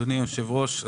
אדוני היושב-ראש.